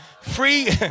Free